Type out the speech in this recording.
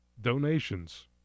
donations